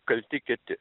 kalti kiti